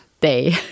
day